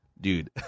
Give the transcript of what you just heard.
dude